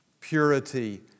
purity